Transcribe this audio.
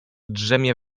drzemie